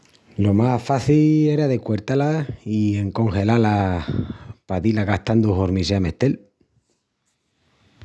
Lo más faci era de cuertá-las i encongelá-las pa di-las gastandu hormi sea mestel.